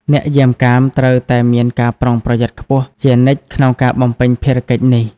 អ្នកយាមកាមត្រូវតែមានការប្រុងប្រយ័ត្នខ្ពស់ជានិច្ចក្នុងការបំពេញភារកិច្ចនេះ។